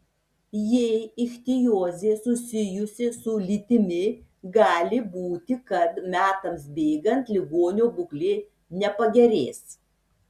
jei ichtiozė susijusi su lytimi gali būti kad metams bėgant ligonio būklė nepagerės